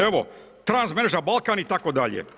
Evo, trans mreža Balkan itd.